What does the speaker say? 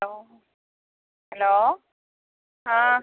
hello hello ആ